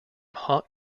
hot